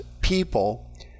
people